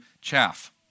chaff